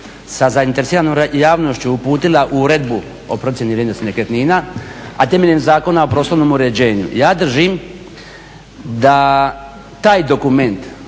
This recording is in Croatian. sa zainteresiranom javnošću uputila Uredbu o procjeni vrijednosti nekretnina, a temeljem Zakona o prostornom uređenju. Ja držim da taj dokument